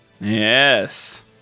Yes